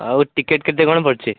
ଆଉ ଟିକେଟ କେତେ କ'ଣ ପଡ଼ୁଛି